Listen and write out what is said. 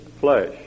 flesh